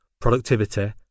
productivity